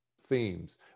themes